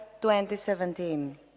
2017